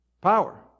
power